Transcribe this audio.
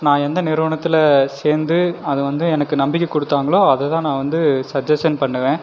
நான் எந்த நிறுவனத்தில் சேர்ந்து அது வந்து எனக்கு நம்பிக்கை குடுத்தாங்களோ அதை தான் நான் வந்து சஜ்ஜஷன் பண்ணுவேன்